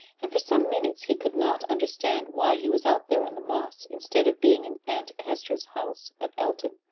and for some minutes he could not understand why he was out there on the moss instead of being in aunt hester's house at elton,